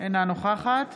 אינה נוכחת